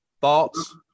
thoughts